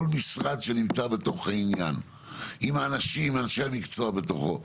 כל משרד שנמצא בתוך העניין עם אנשי המקצוע בתוכו.